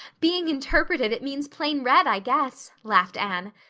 being interpreted it means plain red, i guess, laughed anne.